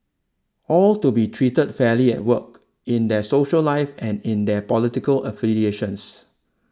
all to be treated fairly at work in their social life and in their political affiliations